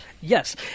yes